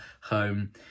home